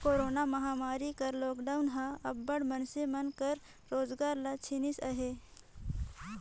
corona महमारी कर lockdown हर अब्बड़ मइनसे मन कर रोजगार ल छीनिस अहे